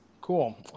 cool